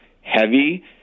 heavy